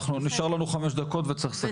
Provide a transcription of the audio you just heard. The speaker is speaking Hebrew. נשאר לנו חמש דקות וצריך לסכם.